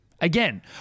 Again